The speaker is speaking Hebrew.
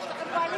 יש לכם קואליציה.